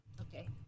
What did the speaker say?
Okay